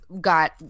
got